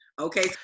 Okay